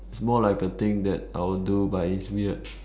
it's more like a thing that I'll do but it's weird